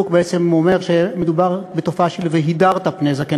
בעצם אומר שמדובר בתופעה של "והידרת פני זקן",